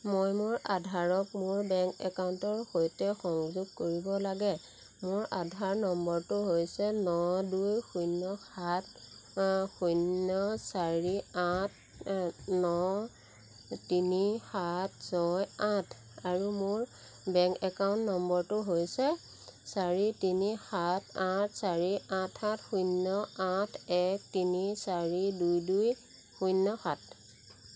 মই মোৰ আধাৰক মোৰ বেংক একাউণ্টৰ সৈতে সংযোগ কৰিব লাগে মোৰ আধাৰ নম্বৰটো হৈছে ন দুই শূন্য সাত শূন্য চাৰি আঠ ন তিনি সাত ছয় আঠ আৰু মোৰ বেংক একাউণ্ট নম্বৰটো হৈছে চাৰি তিনি সাত আঠ চাৰি আঠ আঠ শূন্য আঠ এক তিনি চাৰি দুই দুই শূন্য সাত